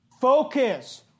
Focus